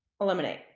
eliminate